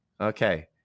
Okay